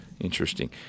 Interesting